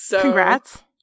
Congrats